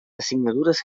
assignatures